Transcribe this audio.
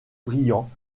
brillant